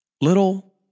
little